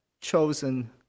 chosen